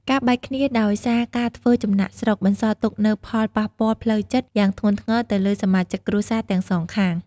ការបែកគ្នាដោយសារការធ្វើចំណាកស្រុកបន្សល់ទុកនូវផលប៉ះពាល់ផ្លូវចិត្តយ៉ាងធ្ងន់ធ្ងរទៅលើសមាជិកគ្រួសារទាំងសងខាង។